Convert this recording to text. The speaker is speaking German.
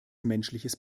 menschliches